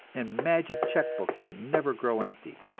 and magic check-books that never grow empty.